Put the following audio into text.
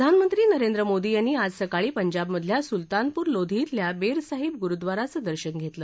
प्रधानमंत्री नरेंद्र मोदी यांनी आज सकाळी पंजाबमधल्या सुलतानपूर लोधी धिल्या बेर साहिब गुरुद्वाराचं दर्शन घेतलं